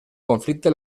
conflicte